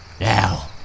Now